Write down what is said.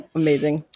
amazing